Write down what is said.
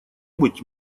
быть